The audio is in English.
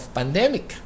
pandemic